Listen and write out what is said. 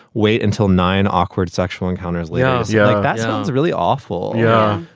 wait until nine awkward sexual encounters. laughs yeah, that sounds really awful. yeah.